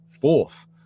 fourth